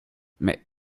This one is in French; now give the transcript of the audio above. mais